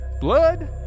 Blood